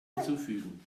hinzufügen